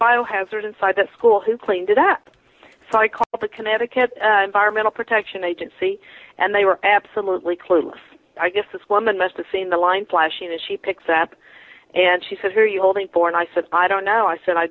biohazard inside the school who cleaned it up so i called the connecticut environmental protection agency and they were absolutely clueless i guess this woman must have seen the line flashing and she picks up and she says are you holding four and i said i don't know i said i